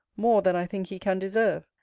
more than i think he can deserve,